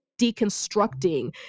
deconstructing